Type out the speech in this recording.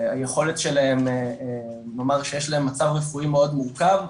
שהיכולת שלהם נאמר שיש להם מצב רפואי מאוד מורכב,